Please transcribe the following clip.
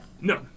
No